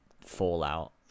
Fallout